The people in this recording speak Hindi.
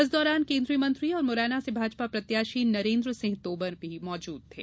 इस दौरान केंद्रीय मंत्री और मुरैना से भाजपा प्रत्याशी नरेन्द्र सिंह तोमर भी मौजूद थे